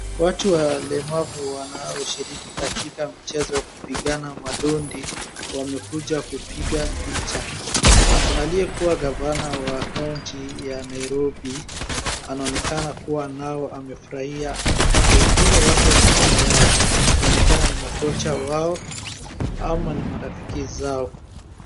Watu walemavu wanaoshiriki katika mchezo wa kupigani madondi wamekuja kupiga picha. Aliyekuwa gavana wa kaunti ya Nairobi anaonekana kuwa nao amefurahia. Wengine wapo nyuma yao, inaonekana ni makocha wao ama ni marafiki zao.